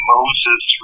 Moses